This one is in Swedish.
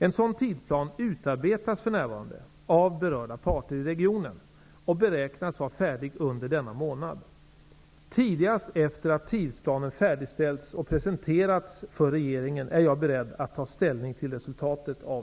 En sådan tidsplan utarbetas för närvarande av berörda parter i regionen och beräknas vara färdig under denna månad. Tidigast efter att tidsplanen färdigställts och presenterats för regeringen är jag beredd att ta ställning tilll resultatet av